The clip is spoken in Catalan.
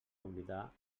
oblidar